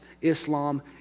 Islam